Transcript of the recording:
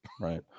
Right